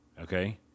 okay